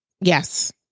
Yes